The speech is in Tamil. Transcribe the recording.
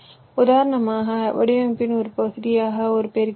உதாரணமாக வடிவமைப்பின் ஒரு பகுதியாக ஒரு பெருக்கி தேவை